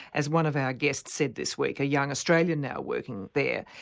as one of our guests said this week, a young australian now working there.